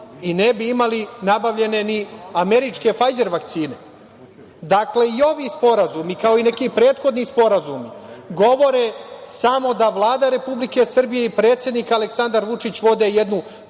i ne bi imali nabavljene ni američke „Fajzer“ vakcine. Dakle, i ovi sporazumi, kao i neki prethodni sporazumi govore samo da Vlada Republike Srbije i predsednik Aleksandar Vučić vode jednu